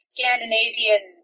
Scandinavian